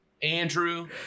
Andrew